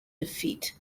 defeat